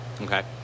Okay